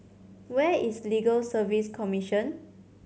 where is Legal Service Commission